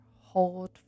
hold